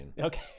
Okay